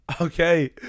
Okay